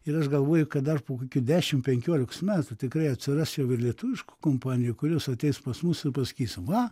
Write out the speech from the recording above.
ir aš galvoju kad dar po kokių dešimt penkiolikos metų tikrai atsiras jau ir lietuviškų kompanijų kurios ateis pas mus ir pasakys va